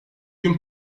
gün